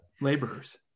laborers